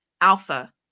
alpha